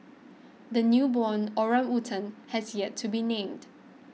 the newborn orangutan has yet to be named